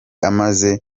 amaze